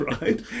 right